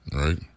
right